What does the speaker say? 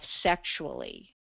sexually